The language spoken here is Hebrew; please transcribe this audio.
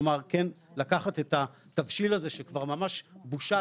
כלומר כן לקחת את התבשיל שכבר ממש בושל